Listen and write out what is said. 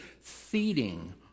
feeding